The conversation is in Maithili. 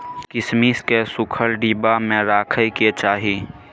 किशमिश केँ सुखल डिब्बा मे राखे कय चाही